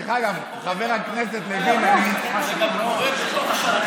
דרך אגב, חבר הכנסת לוין, זה גם קורה בתוך,